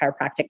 chiropractic